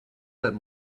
that